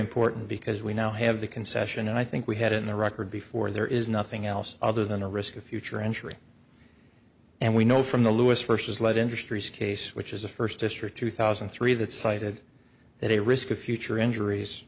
important because we now have the concession and i think we had it in the record before there is nothing else other than a risk of future injury and we know from the lewis vs let industries case which is the first district two thousand and three that cited that a risk of future injuries